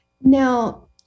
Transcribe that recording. now